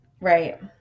Right